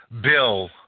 bill